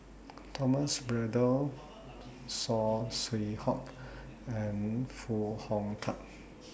Thomas Braddell Saw Swee Hock and Foo Hong Tatt